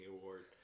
Award